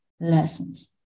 lessons